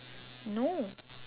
no